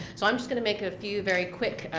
so i'm just gonna make a few very quick,